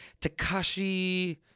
Takashi